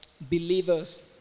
Believers